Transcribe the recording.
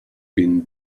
been